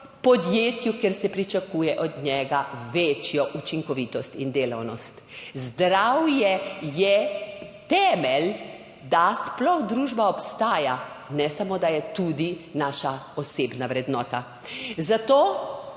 podjetju, kjer se pričakuje od njega večjo učinkovitost in delavnost. Zdravje je temelj, da sploh družba obstaja, ne samo, da je tudi naša osebna vrednota. Zato